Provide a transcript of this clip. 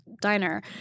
diner